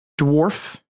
dwarf